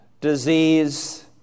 disease